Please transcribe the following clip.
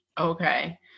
Okay